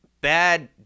bad